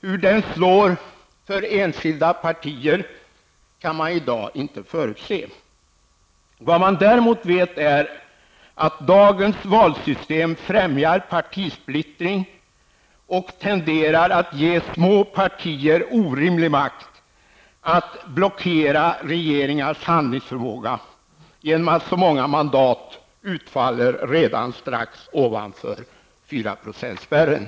Hur den slår för enskilda partier kan man i dag inte förutse. Vad man däremot vet är att dagens valsystem, genom att så många mandat utfaller redan strax ovanför 4 procentsspärren, främjar partisplittring och tenderar att ge små partier orimlig makt att blockera regeringars handlingsförmåga.